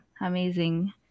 amazing